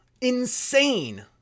Insane